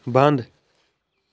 بنٛد